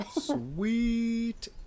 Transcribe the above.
Sweet